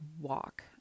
walk